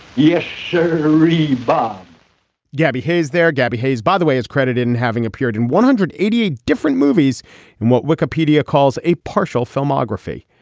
yes rebar um gabby hayes there gabby hayes by the way is credited and having appeared in one hundred and eighty eight different movies and what wikipedia calls a partial filmography.